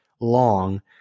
long